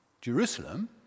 Jerusalem